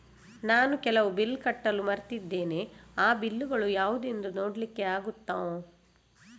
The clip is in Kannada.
ನಾನು ಕೆಲವು ಬಿಲ್ ಕಟ್ಟಲು ಮರ್ತಿದ್ದೇನೆ, ಆ ಬಿಲ್ಲುಗಳು ಯಾವುದೆಂದು ನೋಡ್ಲಿಕ್ಕೆ ಆಗುತ್ತಾ?